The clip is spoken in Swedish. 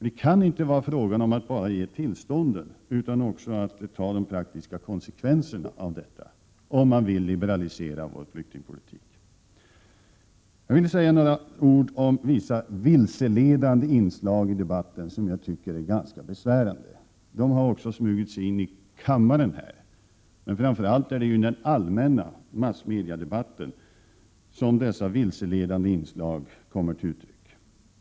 Det kan inte bara vara en fråga om att ge arbetstillstånd, utan vi måste också ta de praktiska konsekvenserna av detta, om vi vill liberalisera vår flyktingpolitik. Jag vill säga några ord om vissa vilseledande inslag i debatten, vilken jag tycker är ganska besvärande. De har också smugit sig in här i kammaren, men det är framför allt i den allmänna massmediedebatten som de kommer till uttryck.